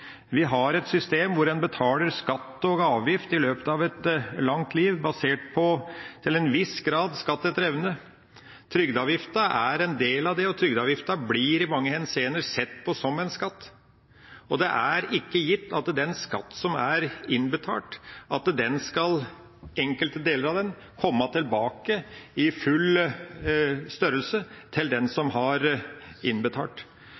Vi har et system hvor en i løpet av et langt liv betaler skatt og avgifter basert på, til en viss grad, skatt etter evne. Trygdeavgiften er en del av det, og trygdeavgiften blir i mange henseender sett på som en skatt. Det er ikke gitt at den skatten som er innbetalt, eller enkelte deler av den, skal komme tilbake i full størrelse til den som har innbetalt.